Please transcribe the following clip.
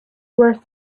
worse